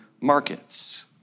markets